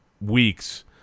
weeks